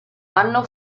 anno